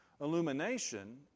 illumination